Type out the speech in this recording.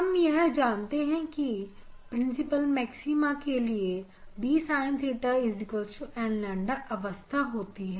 हम यह जानते हैं कि प्रिंसिपल मैक्सिमा के लिए dSin 𝜽 nƛ अवस्था होती है